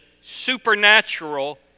supernatural